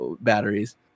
batteries